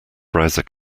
browser